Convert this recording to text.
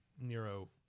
Nero